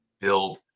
build